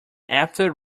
after